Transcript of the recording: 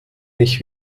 nicht